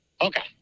Okay